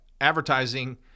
advertising